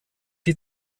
die